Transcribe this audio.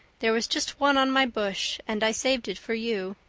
there was just one on my bush, and i saved it for you.